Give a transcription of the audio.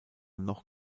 noch